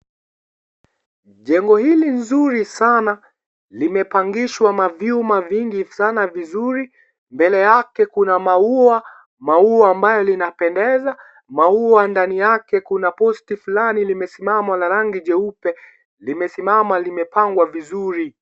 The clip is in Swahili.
Jengo hili nzuri sana limepangishwa mavyuma vingi sana vizuri, mbele yake kuna maua, maua ambayo linapendeza, Maua ndani yake kuna posti fulani limesimama la rangi jeupe, limesimama limepangwa vizuri.